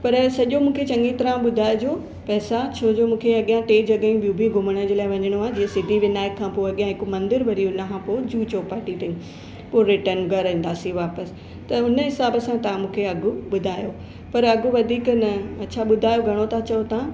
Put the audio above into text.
पर सॼो मूंखे चङी तरह ॿुधाइजो पैसा छो जो मूंखे अॻियां टे जॻहियूं ॿियूं बि घुमण जे लाइ वञिणो आहे जीअं सिद्धिविनायक खां पोइ अॻियां हिकु मंदरु वरी हुनखां पोइ जुहु चौपाटी ते पोइ रिटन घरु ईंदासीं वापसि त हुन हिसाबु सां तव्हां मूंखे अघु ॿुधायो पर अघु वधीक न अच्छा ॿुधायो घणो तव्हां चओ था